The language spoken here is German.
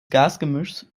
gasgemischs